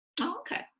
okay